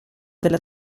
della